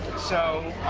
so,